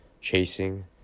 chasing